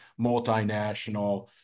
multinational